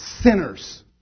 sinners